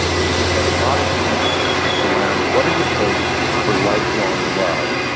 do a lot of research around what does it take for lifelong love.